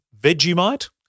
Vegemite